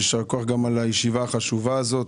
יישר כוח גם על הישיבה החשובה הזאת.